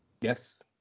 Yes